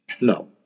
No